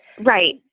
Right